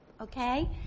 okay